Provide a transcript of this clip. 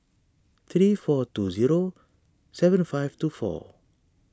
three four two zero seven five two four